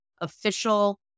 official